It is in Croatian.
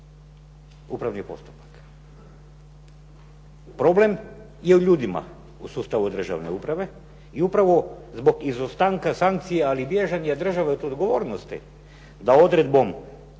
upravni postupak. Problem je u ljudima, u sustavu državne uprave i upravo zbog izostanka sankcija ali bježanje države od odgovornosti da odredbom u šutnji